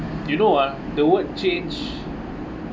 you know ah the word change